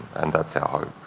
and that's our hope.